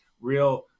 real